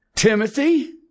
Timothy